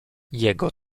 jego